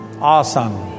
Awesome